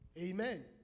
amen